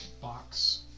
box